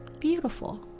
beautiful